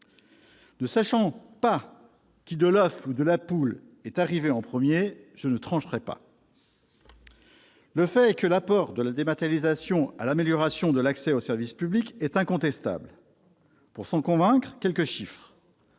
Ne sachant pas qui, de l'oeuf ou de la poule, est arrivé en premier, je ne trancherai pas. Quoi qu'il en soit, l'apport de la dématérialisation à l'amélioration de l'accès aux services publics est incontestable. Pour s'en convaincre, je donnerai